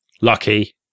lucky